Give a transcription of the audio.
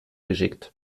geschickt